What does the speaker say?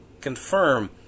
confirm